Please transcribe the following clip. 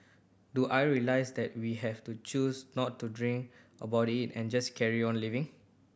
do I realize that we have to choose not to drink about it and just carry on living